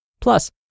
Plus